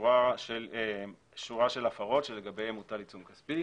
שורה של הפרות שלגביהן הוטל עיצום כספי.